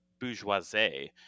bourgeoisie